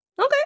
Okay